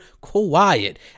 quiet